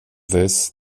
this